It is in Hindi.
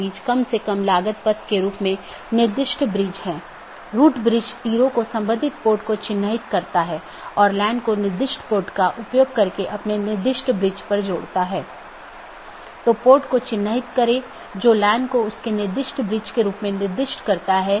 अब मैं कैसे एक मार्ग को परिभाषित करता हूं यह AS के एक सेट द्वारा परिभाषित किया गया है और AS को मार्ग मापदंडों के एक सेट द्वारा तथा गंतव्य जहां यह जाएगा द्वारा परिभाषित किया जाता है